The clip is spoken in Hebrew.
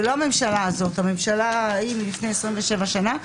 ולא הממשלה הזאת אלא ממשלה מלפני 27 שנה,